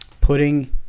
putting